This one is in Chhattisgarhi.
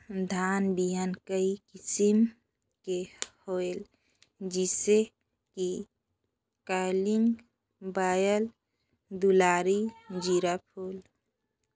धान बिहान कई किसम के होयल जिसे कि कलिंगा, बाएल दुलारी, जीराफुल?